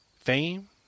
Fame